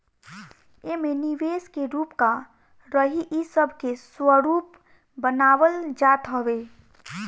एमे निवेश के रूप का रही इ सब के स्वरूप बनावल जात हवे